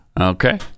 Okay